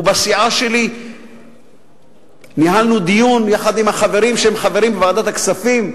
ובסיעה שלי ניהלנו דיון יחד עם החברים שהם חברים בוועדת הכספים,